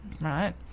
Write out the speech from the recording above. right